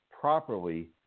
properly